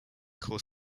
core